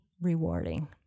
rewarding